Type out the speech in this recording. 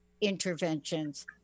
interventions